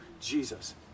Jesus